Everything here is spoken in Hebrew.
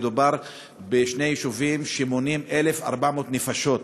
מדובר בשני יישובים שמונים 1,400 נפשות.